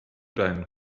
deinen